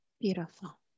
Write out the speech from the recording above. beautiful